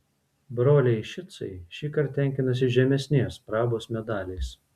broliai šicai šįkart tenkinosi žemesnės prabos medaliais